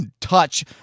touch